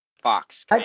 Fox